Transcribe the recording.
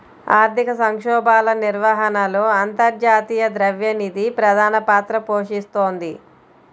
ఆర్థిక సంక్షోభాల నిర్వహణలో అంతర్జాతీయ ద్రవ్య నిధి ప్రధాన పాత్ర పోషిస్తోంది